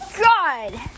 god